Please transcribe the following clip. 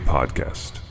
Podcast